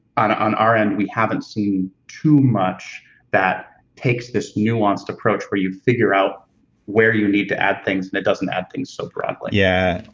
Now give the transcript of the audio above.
on on our end, we haven't seen too much that takes this nuanced approach where you figure out where you need to add things, and it doesn't add things so broadly. yeah,